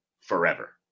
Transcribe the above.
forever